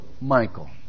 Michael